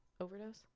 overdose